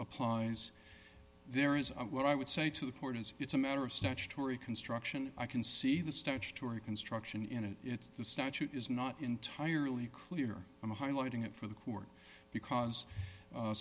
applies there is what i would say to the court is it's a matter of statutory construction i can see the statutory construction in it it's the statute is not entirely clear i'm highlighting it for the court because